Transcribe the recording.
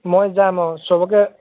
মই যাম অঁ চবকে